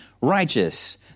righteous